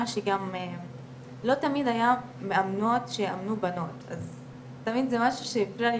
שגם לא תמיד היה מאמנות שיאמנו בנות אז זה תמיד שהפריע לי